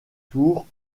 tours